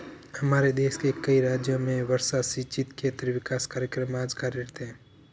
हमारे देश के कई राज्यों में वर्षा सिंचित क्षेत्र विकास कार्यक्रम आज कार्यरत है